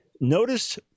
notice